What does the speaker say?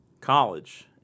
college